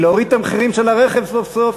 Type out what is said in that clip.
להוריד את המחירים של הרכב סוף-סוף,